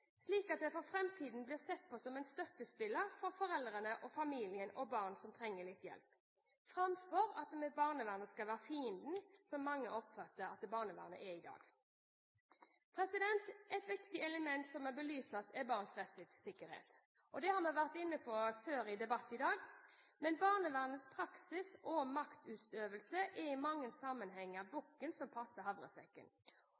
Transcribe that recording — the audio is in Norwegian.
slik at det for framtiden blir sett på som en støttespiller for foreldre, familier og barn som trenger litt hjelp, framfor at barnevernet skal være fienden, som mange oppfatter barnevernet som i dag. Et viktig element som må belyses, er barns rettsikkerhet. Det har vi vært inne på i en debatt tidligere i dag. Barnevernets praksis og maktutøvelse er i mange sammenhenger bukken